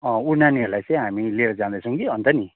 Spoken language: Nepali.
उ नानीहरूलाई चाहिँ हामी लिएर जाँदैछौँ कि अन्त नि